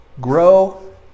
grow